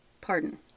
Pardon